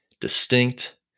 distinct